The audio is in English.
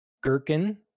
gherkin